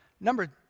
Number